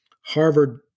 Harvard